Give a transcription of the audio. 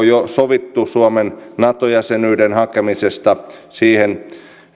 jo sovittu suomen nato jäsenyyden hakemisesta siihen